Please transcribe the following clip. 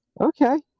okay